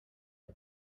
det